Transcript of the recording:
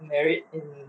married in